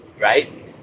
right